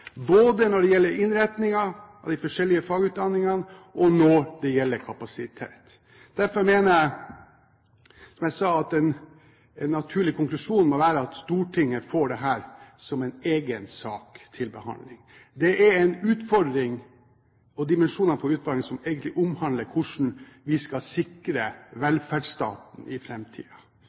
både når det gjelder innretningen av de forskjellige fagutdannelsene, og når det gjelder kapasitet. Derfor mener jeg at en naturlig konklusjon må være at Stortinget får dette som en egen sak til behandling. Det er en utfordring og dimensjon på utfordringen som egentlig handler om hvordan vi skal sikre velferdsstaten i